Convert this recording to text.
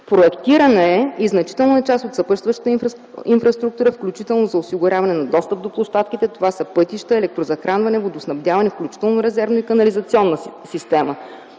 проектирана е и значителна част от съпътстващата инфраструктура, включително за осигуряване на достъп до площадките. Това са пътища, електрозахранване, водоснабдяване, включително резервна и канализационна система,